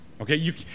Okay